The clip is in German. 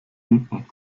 hinten